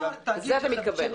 לזה אתה מתכוון.